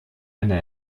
einer